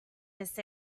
this